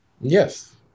Yes